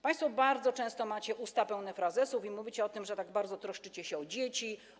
Państwo bardzo często macie usta pełne frazesów i mówicie o tym, że tak bardzo troszczycie się o dzieci.